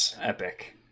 epic